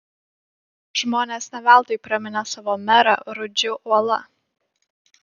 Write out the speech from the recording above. žmonės ne veltui praminė savo merą rudžiu uola